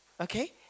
Okay